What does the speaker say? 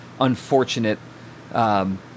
unfortunate